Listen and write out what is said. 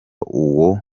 uwo